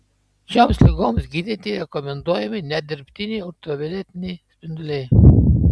šioms ligoms gydyti rekomenduojami net dirbtiniai ultravioletiniai spinduliai